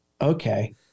okay